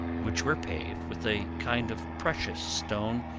which were paved with a kind of precious stone,